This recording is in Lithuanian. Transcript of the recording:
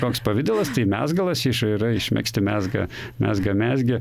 koks pavidalas tai mezgalas jis yra iš megzti mezga mezga mezgė